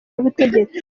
y’ubutegetsi